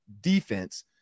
defense